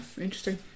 interesting